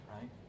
right